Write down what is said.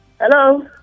Hello